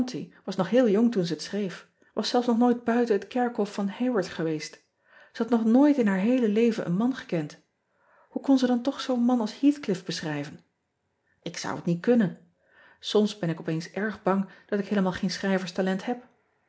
was nog heel jong toen ze het schreef was zelfs nog nooit buiten het kerkhof van aworth geweest e had nog nooit in haar heele leven een man gekend oe kon ze dan toch zoo n man als eathcliffe beschrijven k zou het niet kunnen oms ben ik op eens erg bang dat ik heelemaal geen schrijfsterstalent heb